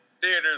theaters